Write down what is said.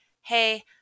hey